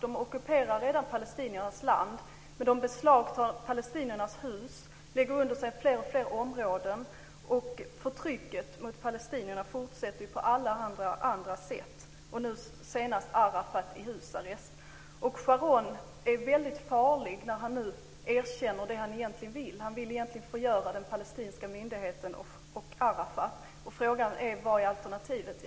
De ockuperar redan palestiniernas land, men de beslagtar också palestiniernas hus, lägger under sig fler och fler områden och fortsätter förtrycket mot palestinierna på alla andra sätt - nu senast Arafat i husarrest. Sharon är väldigt farlig när han nu erkänner det han egentligen vill: förgöra den palestinska myndigheten och Arafat. Frågan är vad som är alternativet.